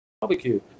barbecue